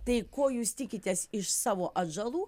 tai ko jūs tikitės iš savo atžalų